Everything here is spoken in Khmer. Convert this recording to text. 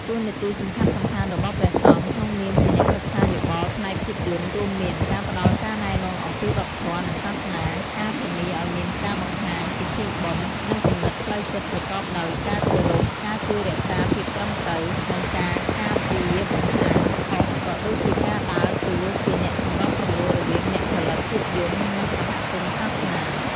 តួនាទីសំខាន់ៗរបស់ព្រះសង្ឃក្នុងនាមជាអ្នកប្រឹក្សាយោបល់ផ្នែកភាពយន្តរួមមាន ការផ្ដល់ការណែនាំអំពីវប្បធម៌ និងសាសនា ការធានាឲ្យមានការបង្ហាញពិធីបុណ្យ និងគំនិតផ្លូវចិត្តប្រកបដោយការគោរព ការជួយរក្សាភាពត្រឹមត្រូវ និងការពារការបង្ហាញខុស ក៏ដូចជាការដើរតួជាអ្នកសម្របសម្រួលរវាងអ្នកផលិតភាពយន្ត និងសហគមន៍សាសនា។